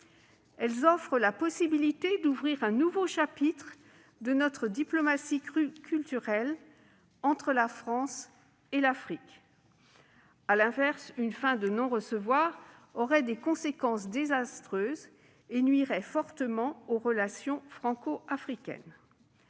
Tall offre ainsi la possibilité d'ouvrir un nouveau chapitre de notre diplomatie culturelle avec l'Afrique. À l'inverse, une fin de non-recevoir aurait des conséquences désastreuses et nuirait fortement aux relations franco-africaines.